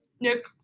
nick